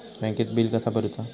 बँकेत बिल कसा भरुचा?